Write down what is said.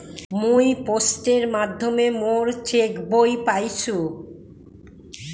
মুই পোস্টের মাধ্যমে মোর চেক বই পাইসু